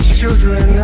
children